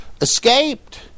escaped